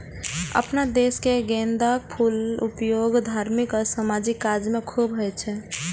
अपना देश मे गेंदाक फूलक उपयोग धार्मिक आ सामाजिक काज मे खूब होइ छै